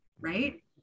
Right